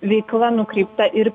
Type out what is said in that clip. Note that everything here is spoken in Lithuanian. veikla nukreipta ir